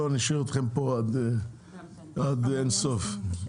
לא נשאיר אתכם פה עד אין סוף.